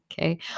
okay